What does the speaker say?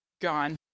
gone